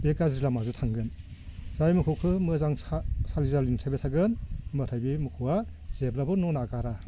बे गाज्रि लामाजों थांगोन जाय मोसौखौ मोजां साजिना बेथेबाय थागोन नाथाय बे मोसौआ जेब्लाबो न' नागारा